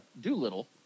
Doolittle